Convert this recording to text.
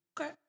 Okay